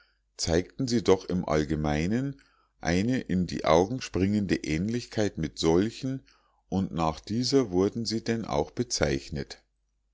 zeigten sie doch im allgemeinen eine in die augen springende ähnlichkeit mit solchen und nach dieser wurden sie denn auch bezeichnet